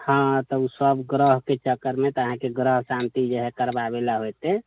हाँ तऽ ओ सभ ग्रहके चक्करमे तऽ अहाँके ग्रह शान्ति जे हइ करबाबैलए हेतै